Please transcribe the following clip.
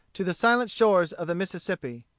to the silent shores of the mississippi.